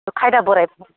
खायदाजों